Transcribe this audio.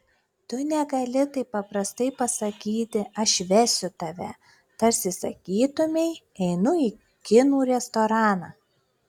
tu negali taip paprastai pasakyti aš vesiu tave tarsi sakytumei einu į kinų restoraną